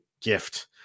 gift